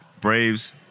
Braves